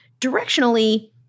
directionally